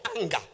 anger